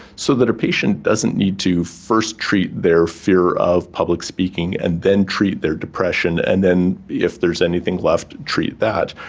so that a patient doesn't need to first treat their fear of public speaking and then treat their depression and then, if there is anything left, treat that,